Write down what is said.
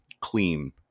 clean